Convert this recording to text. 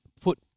put